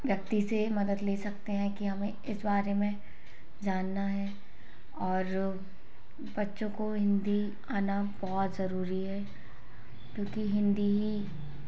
व्यक्ति से मदद ले सकते हैं कि हमें इस बारे में जानना है और बच्चों को हिंदी आना बहुत ज़रूरी है क्योंकि हिंदी ही